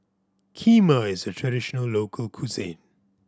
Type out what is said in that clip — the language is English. kheema is a traditional local cuisine